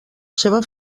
seva